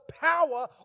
power